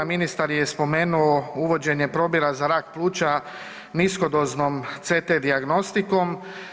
Ministar je spomenuo uvođenje probira za rak pluća niskodoznom CT dijagnostikom.